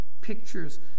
pictures